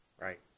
Right